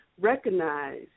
recognize